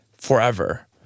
forever